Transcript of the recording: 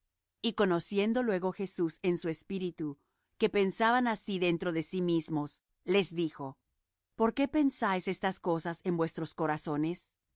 y conociendo luego jesús en su espíritu que pensaban así dentro de sí mismos les dijo por qué pensáis estas cosas en vuestros corazones